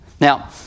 now